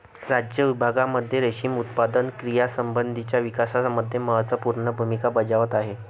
राज्य विभागांमध्ये रेशीम उत्पादन क्रियांसंबंधीच्या विकासामध्ये महत्त्वपूर्ण भूमिका बजावत आहे